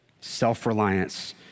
Self-reliance